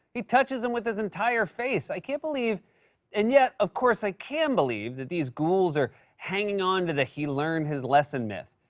he touches them with his entire face. i can't believe and yet, of course, i can believe that these ghouls are hanging on to the he learned his lesson myth.